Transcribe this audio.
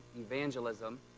Evangelism